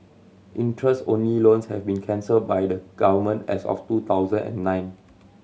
interest only loans have been cancelled by the Government as of two thousand and nine